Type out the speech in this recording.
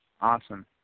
Awesome